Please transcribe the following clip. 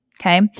Okay